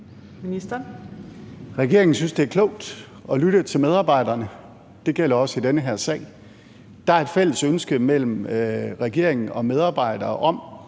Regeringen synes, det er klogt at lytte til medarbejderne. Det gælder også i den her sag. Der er et fælles ønske mellem regeringen og medarbejdere om,